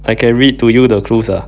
I can read to you the clues ah